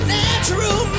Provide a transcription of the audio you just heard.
natural